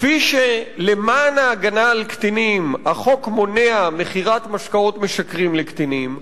כפי שלמען ההגנה על הקטינים החוק מונע מכירת משקאות משכרים לקטינים,